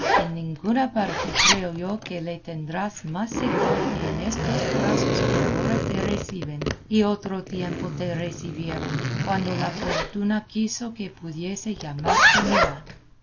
en ninguna parte creo yo que le tendrás más seguro que en estos brazos que ahora te reciben y otro tiempo te recibieron cuando la fortuna quiso que pudiese llamarte mía